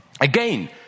again